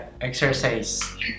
exercise